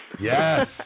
Yes